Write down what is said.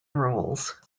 roles